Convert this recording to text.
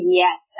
yes